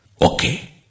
Okay